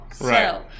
Right